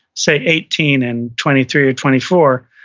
say, eighteen and twenty three or twenty four,